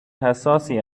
حساسی